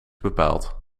bepaald